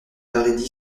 paris